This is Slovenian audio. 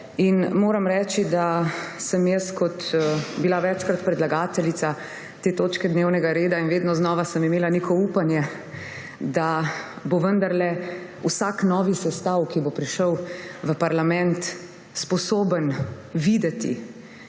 Moram reči, da sem bila večkrat predlagateljica te točke dnevnega reda in vedno znova sem imela neko upanje, da bo vendarle vsak novi sestav, ki bo prišel v parlament, sposoben videti,